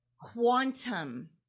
quantum